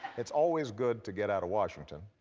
it's always good to get out of washington,